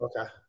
Okay